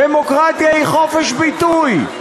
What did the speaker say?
דמוקרטיה היא חופש ביטוי.